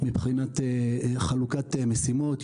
מבחינת חלוקת משימות.